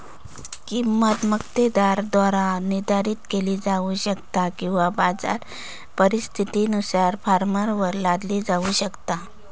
किंमत मक्तेदाराद्वारा निर्धारित केली जाऊ शकता किंवा बाजार परिस्थितीनुसार फर्मवर लादली जाऊ शकता